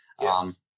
Yes